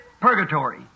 purgatory